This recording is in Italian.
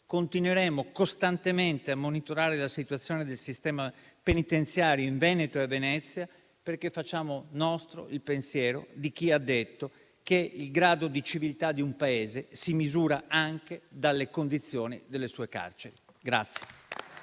Continueremo costantemente a monitorare la situazione del sistema penitenziario in Veneto e a Venezia, perché facciamo nostro il pensiero di chi ha detto che il grado di civiltà di un Paese si misura anche dalle condizioni delle sue carceri.